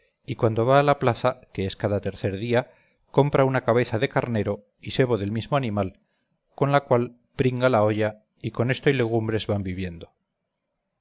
y cuando va a la plaza que es cada tercer día compra una cabeza decarnero y sebo del mismo animal con lo cual pringa la olla y con esto y legumbres van viviendo